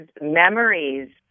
memories